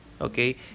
okay